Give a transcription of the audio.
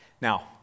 Now